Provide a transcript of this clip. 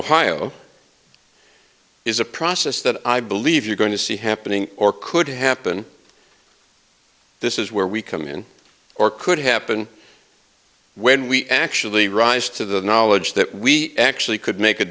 ohio is a process that i believe you're going to see happening or could happen this is where we come in or could happen when we actually rise to the knowledge that we actually could make a